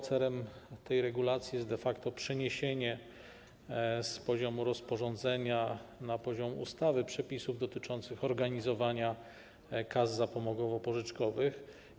Celem tej regulacji jest de facto przeniesienie z poziomu rozporządzenia na poziom ustawy przepisów dotyczących organizowania kas zapomogowo-pożyczkowych.